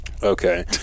Okay